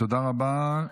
תודה רבה.